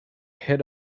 hit